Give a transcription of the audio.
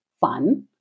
fun